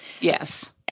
Yes